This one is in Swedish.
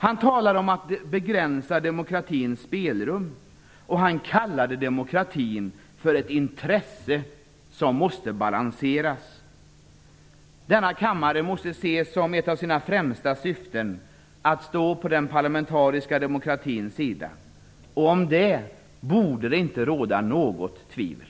Han talade om att begränsa demokratins spelrum, och han kallade demokratin för ett intresse som måste balanseras. Denna kammare måste se som ett av sina främst syften att stå på den parlamentariska demokratins sida. Om det borde det inte råda något tvivel.